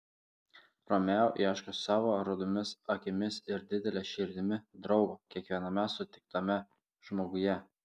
romeo ieško savo rudomis akimis ir didele širdimi draugo kiekviename sutiktame žmoguje